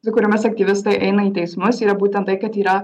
su kuriomis aktyvistai eina į teismus yra būtent tai kad yra